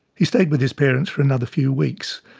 he stayed with his parents for another few weeks.